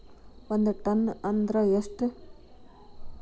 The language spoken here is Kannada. ಒಂದ್ ಟನ್ ಅಂದ್ರ ಎಷ್ಟ?